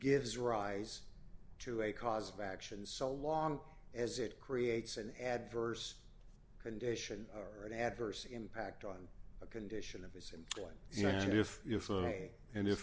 gives rise to a cause of action so long as it creates an adverse condition or an adverse impact on a condition of his employment and if if i may and if